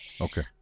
Okay